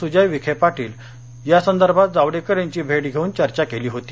सुजय विखे पाटील यासंदर्भात जावडेकर यांची भेट घेऊन चर्चा केली होती